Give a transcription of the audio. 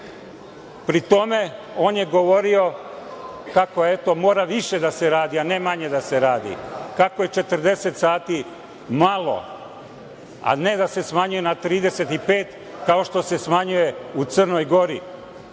Pri tome, on je govorio kako, eto, mora više da se radi, a ne manje da se radi, kako je 40 sati malo, a ne da se smanjuje na 35, kao što se smanjuje u Crnoj